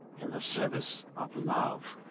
in the service of love!